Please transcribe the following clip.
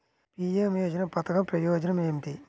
PM యోజన పధకం ప్రయోజనం ఏమితి?